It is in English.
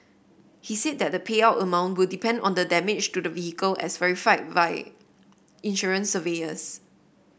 he said that the payout amount will depend on the damage to the vehicle as verified by insurance surveyors